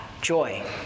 joy